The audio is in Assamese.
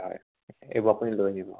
হয় এইবোৰ আপুনি লৈ আহিব